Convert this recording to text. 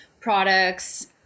products